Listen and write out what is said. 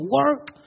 work